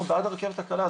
אנחנו בעד הרכבת הקלה,